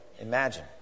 imagine